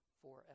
forever